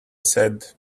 said